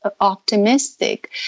optimistic